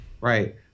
Right